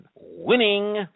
Winning